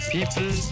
People